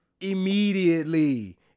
immediately